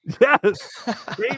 yes